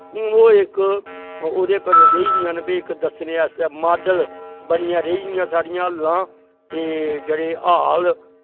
ओह्दे पर रेहियां न पेई दस्सने आस्तै मॉडल बनियां रेहियां साढ़ियां हल्लां ते जेह्ड़े हाल